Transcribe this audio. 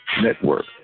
network